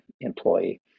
employee